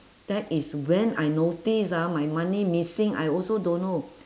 that is when I notice ah my money missing I also don't know